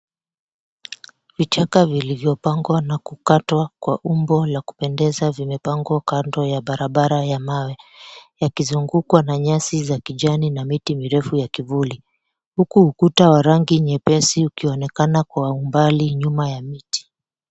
Vichaka vilivyokatwa na kupangwa kwa umbo la kupendeza, vimepangwa kando ya barabara ya mawe, yakizungukwa na nyasi za kijani na miti mirefu ya kivuli. Huku ukuta wa rangi nyepesi ukionekana kwa umbali nyuma ya miti.